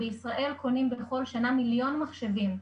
בישראל קונים בכל שנה מיליון מחשבים.